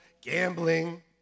gambling